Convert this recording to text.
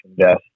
death